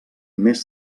més